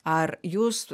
ar jūs